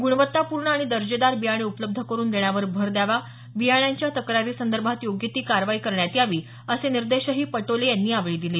गुणवत्तापूर्ण आणि दर्जेदार बियाणे उपलब्ध करुन देण्यावर भर द्यावा बियाणांच्या तक्रारीसंदर्भात योग्य ती कारवाई करण्यात यावी असे निर्देशही पटोले यांनी यावेळी दिले